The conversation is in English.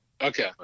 Okay